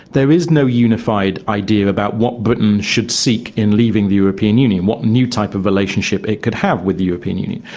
there is no unified idea about what britain should seek in leaving the european union, what new type of relationship it could have with the european union.